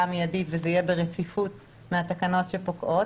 מיידית וזה יהיה ברציפות מהתקנות שפוקעות,